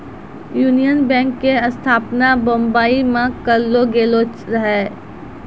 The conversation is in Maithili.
यूनियन बैंक के स्थापना बंबई मे करलो गेलो रहै